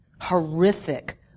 horrific